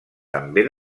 també